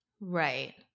Right